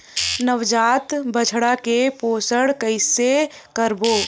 नवजात बछड़ा के पोषण कइसे करबो?